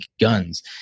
guns